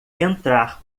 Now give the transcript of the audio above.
entrar